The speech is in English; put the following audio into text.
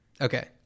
Okay